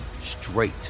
straight